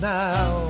now